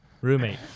roommate